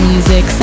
Music